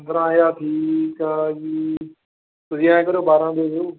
ਪੰਦਰਾਂ ਹਜ਼ਾਰ ਠੀਕ ਆ ਜੀ ਤੁਸੀਂ ਐਂ ਕਰਿਓ ਬਾਰ੍ਹਾਂ ਦੇ ਦਿਉ